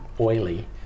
oily